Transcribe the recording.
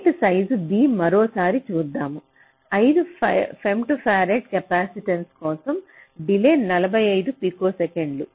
gate size B మరోసారి చూద్దాం 5 femtofarad capacitance కోసం డిలే 45 పికోసెకన్లు